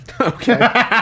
Okay